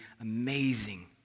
amazing